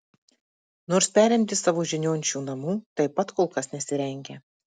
nors perimti savo žinion šių namų taip pat kol kas nesirengia